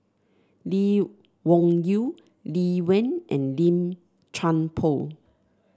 Lee Wung Yew Lee Wen and Lim Chuan Poh